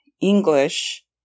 English